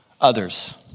others